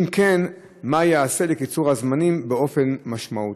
2. אם כן, מה ייעשה לקיצור הזמנים באופן משמעותי?